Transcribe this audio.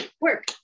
work